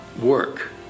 work